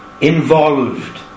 involved